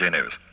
News